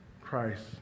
Christ